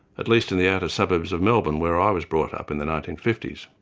at least in the outer suburbs of melbourne, where i was brought up in the nineteen fifty s.